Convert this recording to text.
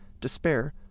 despair